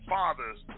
fathers